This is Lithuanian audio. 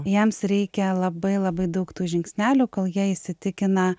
jiems reikia labai labai daug tų žingsnelių kol jie įsitikina